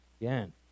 Again